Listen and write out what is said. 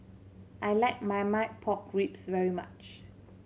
I like Marmite Pork Ribs very much